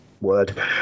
word